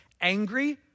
angry